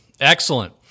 Excellent